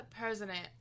president